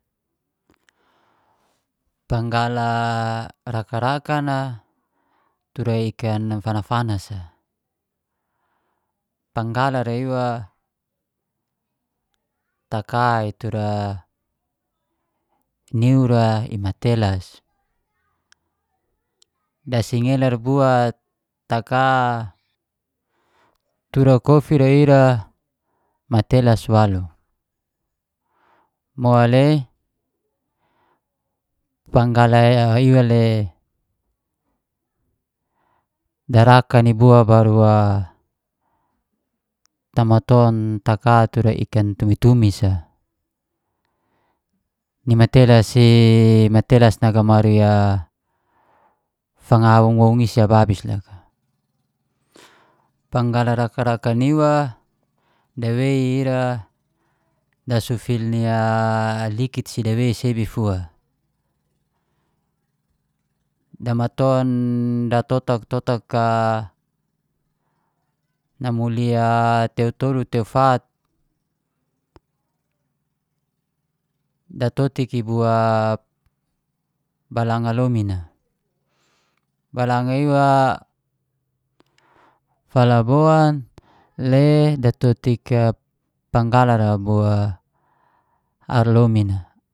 Panggala raka-rakan a, tura ikan fanasfanas a. Panggala ra iwa taka i tura niu a i matelas. Dasingelar bua taka turakofi ra ira matelas waluk, mole panggala iwa le darakan i bua baru a tamaton taka tura ikan tumis-tumis a, ni matelas i matelas nagamari a fanga woun-woun i ababis loka. Panggala raka-rakan iwa, dawei ira nasufil nia likit dawei sebi fua, damaton datotak-totak a namuli a tew tolu te, te fat, datotik i bua balanga lomin a. Balanga iwa falabon le datuk panggala ra bu ar lomin a